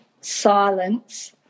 silence